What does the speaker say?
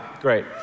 great